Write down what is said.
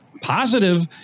positive